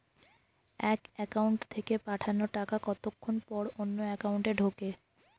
এক একাউন্ট থেকে পাঠানো টাকা কতক্ষন পর অন্য একাউন্টে ঢোকে?